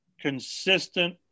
consistent